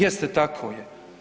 Jeste tako je.